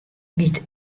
giet